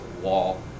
wall